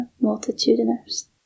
multitudinous